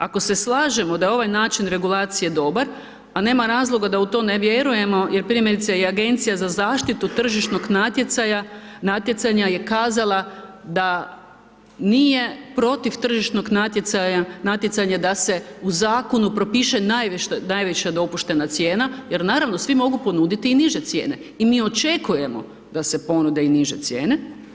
Ako se slažemo da je ovaj način regulacije dobar, a nema razloga da u to ne vjerujemo, jer primjerice i Agencija za zaštitu tržišnog natjecanja je kazala da nije protiv tržišnog natjecanja da se u Zakonu propiše najviša dopuštena cijena, jer naravno svi mogu ponuditi i niže cijene, i mi očekujemo da se ponude i niže cijene.